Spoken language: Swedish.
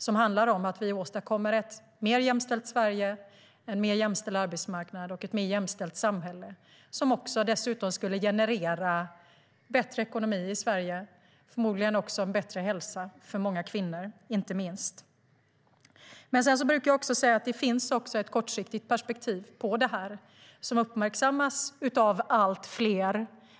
Det handlar om att åstadkomma ett mer jämställt Sverige, en mer jämställd arbetsmarknad och ett mer jämställt samhälle, som dessutom skulle generera bättre ekonomi i Sverige och förmodligen också en bättre hälsa för många kvinnor, inte minst. Men det finns också ett kortsiktigt perspektiv på detta som uppmärksammas av allt fler.